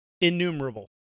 Innumerable